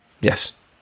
Yes